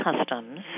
customs